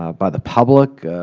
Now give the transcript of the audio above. ah by the public,